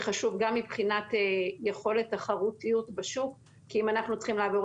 זה חשוב גם מבחינת יכולת תחרותיות בשוק כי אם אנחנו צריכים לעבור